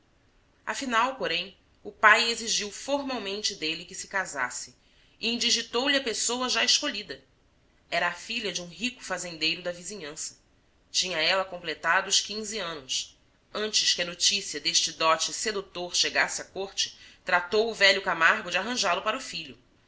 afinal porém o pai exigiu formalmente dele que se casasse e indigitou lhe a pessoa já escolhida era a filha de um rico fazendeiro da vizinhança tinha ela completado os quinze anos antes que a notícia deste dote sedutor chegasse à corte tratou o velho camargo de arranjá lo para o filho